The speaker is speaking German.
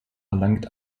erlangt